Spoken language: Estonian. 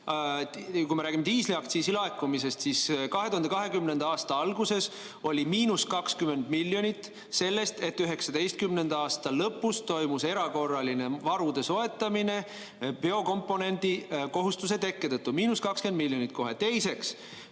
kui me räägime diisliaktsiisi laekumisest, siis 2020. aasta alguses oli miinus 20 miljonit sellest, et 2019. aasta lõpus toimus erakorraline varude soetamine biokomponendikohustuse tekke tõttu. Miinus 20 miljonit kohe. Teiseks.